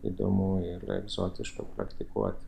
įdomu ir egzotiška praktikuoti